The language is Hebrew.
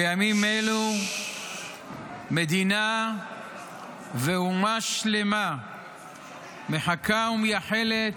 בימים אלו מדינה ואומה שלמה מחכה ומייחלת